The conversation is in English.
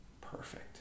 perfect